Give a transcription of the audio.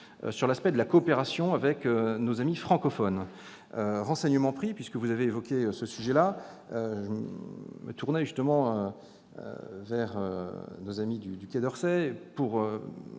sur la coopération avec nos amis francophones. Renseignements pris, puisque vous avez évoqué ce sujet, je me suis tourné vers nos amis du Quai d'Orsay pour